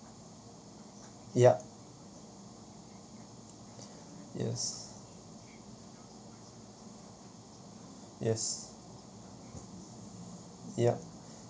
ya yes yes ya